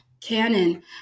canon